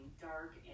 dark